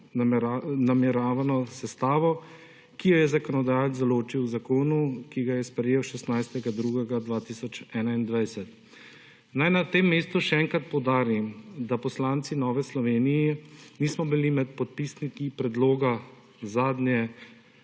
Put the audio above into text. nameravano sestavo, ki jo je zakonodajalec določil v zakonu, ki ga je sprejel 16. 2. 2021. Naj na tem mestu še enkrat poudarim, da poslanci v Novi Sloveniji nismo bili pred podpisniki predloga zadnje